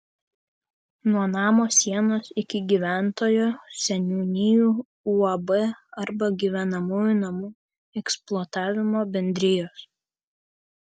nuo namo sienos iki gyventojo seniūnijų uab arba gyvenamųjų namų eksploatavimo bendrijos